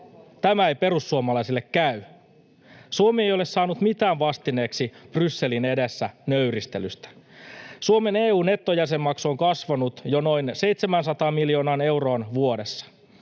Tämä ei perussuomalaisille käy. Suomi ei ole saanut mitään vastineeksi Brysselin edessä nöyristelystä. Suomen EU-nettojäsenmaksu on kasvanut jo noin 700 miljoonaan euroon vuodessa.